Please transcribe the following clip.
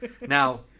Now